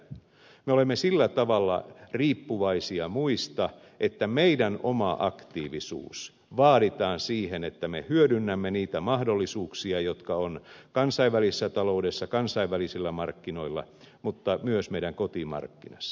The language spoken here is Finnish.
me olemme sillä tavalla riippuvaisia muista että meidän oma aktiivisuutemme vaaditaan siihen että me hyödynnämme niitä mahdollisuuksia jotka on kansainvälisessä taloudessa kansainvälisillä markkinoilla mutta myös meidän kotimarkkinassa